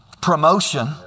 promotion